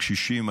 הקשישים,